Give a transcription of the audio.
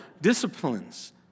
disciplines